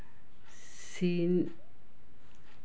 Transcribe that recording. seen